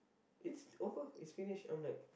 it's over it's finished I'm like